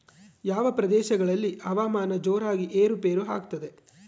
ಯಾವ ಪ್ರದೇಶಗಳಲ್ಲಿ ಹವಾಮಾನ ಜೋರಾಗಿ ಏರು ಪೇರು ಆಗ್ತದೆ?